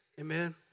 amen